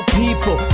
people